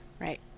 Right